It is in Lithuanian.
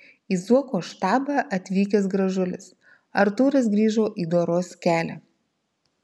į zuoko štabą atvykęs gražulis artūras grįžo į doros kelią